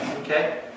Okay